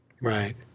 Right